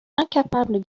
incapable